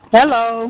Hello